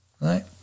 Right